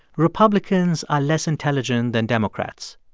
republicans are less intelligent than democrats.